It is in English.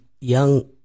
young